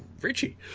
Richie